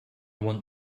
want